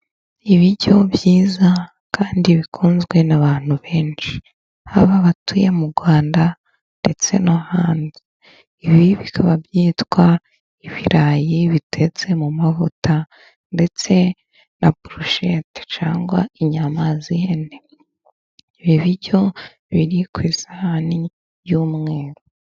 Ibiryo byiza kandi bikunzwe n'abantu benshi, haba abatuye mu Rwanda ndetse no hanze ibi bikaba byitwa ibirayi bitetse mu mavuta, ndetse na burushete cyangwa inyama z'ihene, ibi biryo biri ku isahani y'umweru.